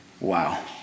Wow